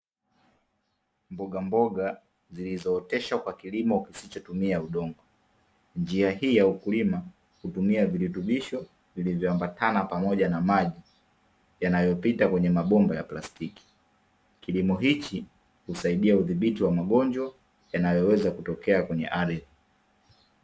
Mbogamboga zilizooteshwa kwa kilimo kisichotumia udongo. Njia hii ya ukulima hutumia virutubisho vilivyoambatana pamoja na maji yanayopita kwenye mabomba ya plastiki. Kilimo hichi husaidia udhibiti wa magonjwa yanayoweza kutokea kwenye ardhi.